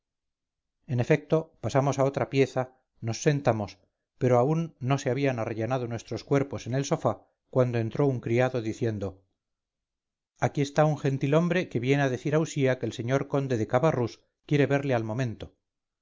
en efecto pasamos a otra pieza nos sentamos pero aún no se habían arrellanado nuestros cuerpos en el sofá cuando entró un criado diciendo aquí está un gentil-hombre que viene a decir a usía que el señor conde de cabarrús quiere verle al momento